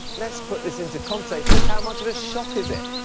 let's put this into context, just how much of a shock is it?